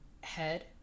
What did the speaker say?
head